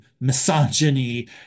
misogyny